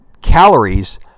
calories